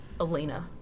Elena